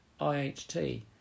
IHT